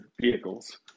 vehicles